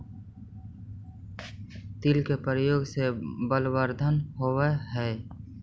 तिल के प्रयोग से बलवर्धन होवअ हई